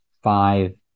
Five